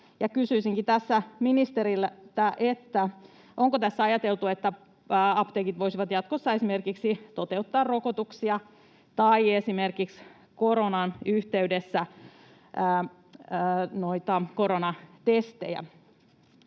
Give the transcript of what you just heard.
kysyisinkin tässä ministeriltä, onko tässä ajateltu, että apteekit voisivat jatkossa esimerkiksi toteuttaa rokotuksia tai esimerkiksi koronan yhteydessä noita koronatestejä.